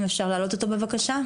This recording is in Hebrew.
אם אפשר להעלות אותו בבקשה.